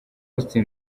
austin